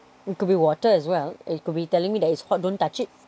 it could be water as well it could be telling me that it's hot don't touch it